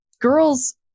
girls